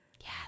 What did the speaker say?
Yes